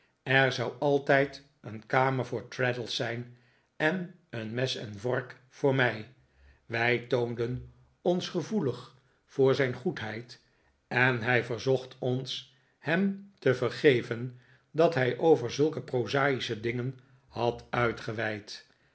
er zou altijd een kamer voor traddles zijn en een mes en vork voor mij wij toonden ons gevoelig voor zijn goedheid en hij verzocht ons hem te vergeven dat hij over zulke proza'ische dingen had uitgeweid